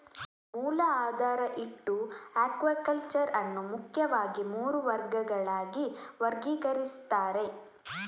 ಮೂಲ ಆಧಾರ ಇಟ್ಟು ಅಕ್ವಾಕಲ್ಚರ್ ಅನ್ನು ಮುಖ್ಯವಾಗಿ ಮೂರು ವರ್ಗಗಳಾಗಿ ವರ್ಗೀಕರಿಸ್ತಾರೆ